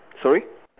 sorry